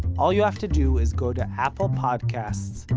all you have to do is go to apple podcasts,